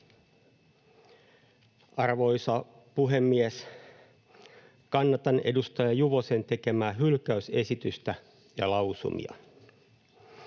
Arvoisa puhemies! Kannatan edustaja Juvosen tekemää hylkäysesitystä ja lausumia.